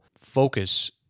focus